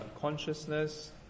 consciousness